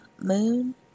moon